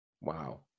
Wow